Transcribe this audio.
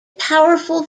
powerful